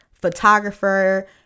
photographer